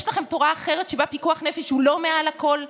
יש לכם תורה אחרת שבה פיקוח נפש הוא לא מעל הכול?